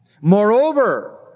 Moreover